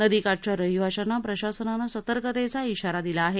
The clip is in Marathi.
नदी काठच्या रहिवाशांना प्रशासनानं सतर्कतेचा इशारा दिला आहे